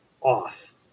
off